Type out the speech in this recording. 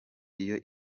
iyo